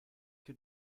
que